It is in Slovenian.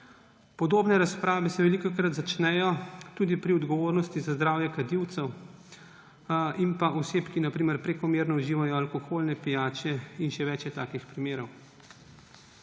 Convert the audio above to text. Podobne razprave se velikokrat začnejo tudi pri odgovornosti za zdravje kadilcev in oseb, ki na primer prekomerno uživajo alkoholne pijače, in še več je takih primerov.